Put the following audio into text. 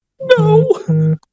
No